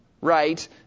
right